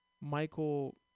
Michael